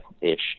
ish